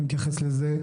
הוא מתייחס לזה,